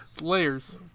Layers